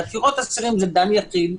בעתירות אסירים זה דן יחיד,